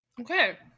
Okay